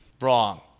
Wrong